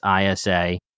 ISA